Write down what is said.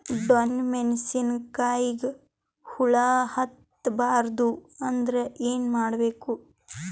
ಡೊಣ್ಣ ಮೆಣಸಿನ ಕಾಯಿಗ ಹುಳ ಹತ್ತ ಬಾರದು ಅಂದರ ಏನ ಮಾಡಬೇಕು?